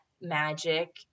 magic